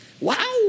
Wow